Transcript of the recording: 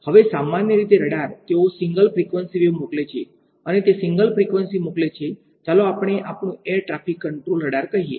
હવે સામાન્ય રીતે રડાર તેઓ સિંગલ ફ્રીક્વન્સી વેવ મોકલે છે અને તે સિંગલ ફ્રીક્વન્સી મોકલે છે ચાલો આપણે આપણું એર ટ્રાફિક કંટ્રોલ રડાર કહીએ